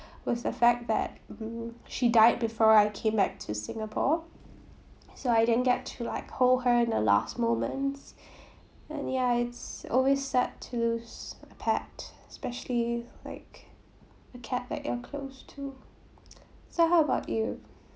was the fact that um she died before I came back to singapore so I didn't get to like hold her in the last moments and ya it's always sad to lose a pet especially like a cat that you are close to so how about you